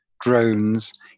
drones